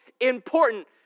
important